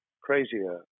crazier